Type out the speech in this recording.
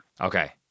Okay